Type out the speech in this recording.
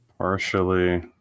Partially